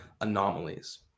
anomalies